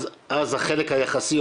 אז החלק היחסי,